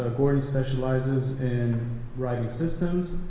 ah gordon specializes in writing systems,